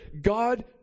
God